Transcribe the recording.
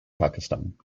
pakistan